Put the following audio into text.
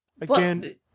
Again